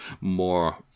more